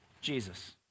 Jesus